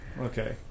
Okay